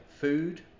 food